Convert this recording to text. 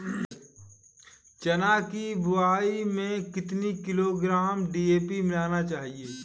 चना की बुवाई में कितनी किलोग्राम डी.ए.पी मिलाना चाहिए?